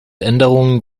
änderungen